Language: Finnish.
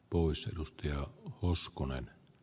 poissa dust ja usko ne